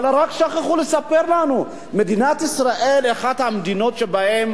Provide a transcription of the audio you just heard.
אבל רק שכחו לספר לנו שמדינת ישראל היא אחת המדינות שבהן